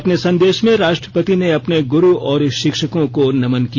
अपने संदेश में राष्ट्रपति ने अपने गुरु और शिक्षकों को नमन किया